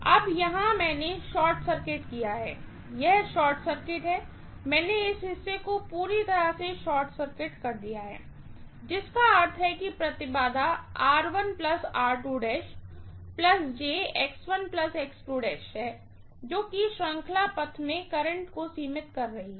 अब यहां मैंने शॉर्ट सर्किट किया है यह शॉर्ट सर्किट है मैंने इस हिस्से को पूरी तरह से शॉर्ट सर्किट कर दिया है जिसका अर्थ है कि इम्पीडेन्स है जो कि सीरीज पथ में करंट को सीमित कर रही है